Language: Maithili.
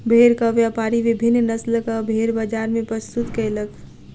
भेड़क व्यापारी विभिन्न नस्लक भेड़ बजार मे प्रस्तुत कयलक